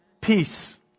peace